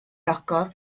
ogof